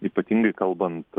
ypatingai kalbant